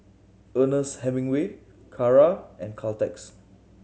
Ernest Hemingway Kara and Caltex